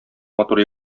матур